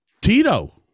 Tito